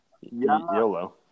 YOLO